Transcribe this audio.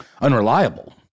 unreliable